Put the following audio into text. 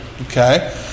Okay